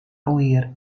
huir